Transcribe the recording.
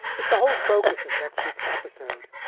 it's the whole focus of next week's episode.